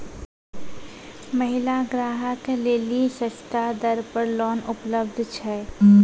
महिला ग्राहक लेली सस्ता दर पर लोन उपलब्ध छै?